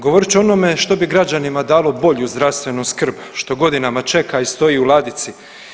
Govorit ću o onome što bi građanima dalo bolju zdravstvenu skrb što godinama čeka i stoji u ladici.